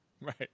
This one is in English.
Right